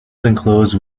enclosed